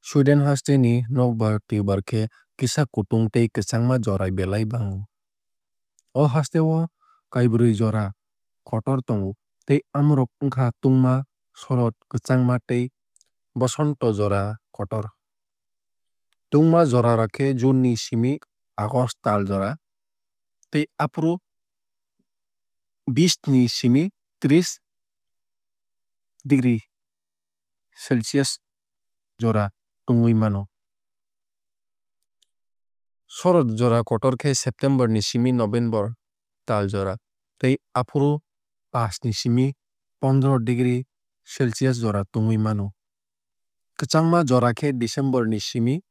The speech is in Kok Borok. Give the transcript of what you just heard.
Sweden haste ni nokbar twuibar khe kisa kutung tei kwchangma jora belai bango. O haste o kaibrui jora kotor tongo tei amorok wngkha tungma shorod kwchangma tei bosonto jora kotor. Tungma jora khe june ni simi august tal jora tei afuru bish ni simi treesh degree celcius jora tungui mano. Shorod jora kotor khe september ni simi november tal jora tei afuru pash ni simi pondoroh degree celcius jora tungui mano. Kwchangma jora khe december ni simi